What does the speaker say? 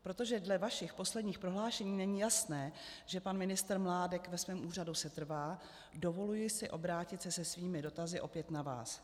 Protože dle vašich posledních prohlášení není jasné, že pan ministr Mládek ve svém úřadu setrvá, dovoluji si obrátit se se svými dotazy opět na vás.